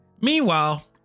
Meanwhile